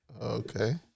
okay